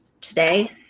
today